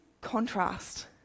contrast